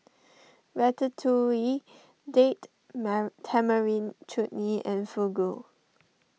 Ratatouille Date Man Tamarind Chutney and Fugu